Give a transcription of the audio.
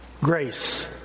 grace